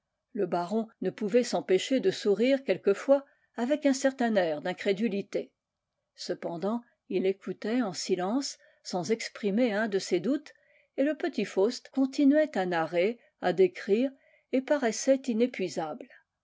le baron ne pouvait s'empêcher de sourire quelquefois avec un certain air d'incrédulité cependant il écoutait en siknce sans exprimer un de ses doutes et le petit faust continuait à narrer à décrire et paraissait inépuisable